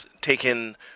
taken